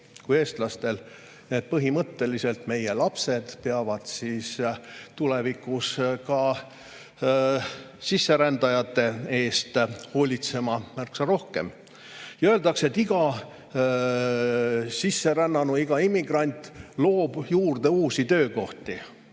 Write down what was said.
meil, eestlastel. Põhimõtteliselt meie lapsed peavad tulevikus ka sisserändajate eest hoolitsema märksa rohkem. Öeldakse, et iga sisserännanu, iga immigrant loob juurde uusi töökohti.